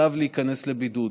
עליו להיכנס לבידוד.